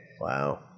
Wow